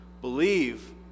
believe